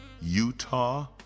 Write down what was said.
Utah